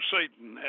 Satan